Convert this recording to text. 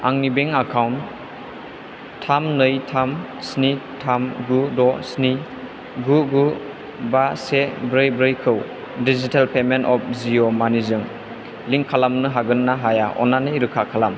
आंनि bank account थाम नै थाम स्नि थाम गु द' स्नि गु गु बा से ब्रै ब्रैखौ डिजिटेल पेमेन्ट एप जिय' मानिजों लिंक खालामनो हागोन ना हाया अननानै रोखा खालाम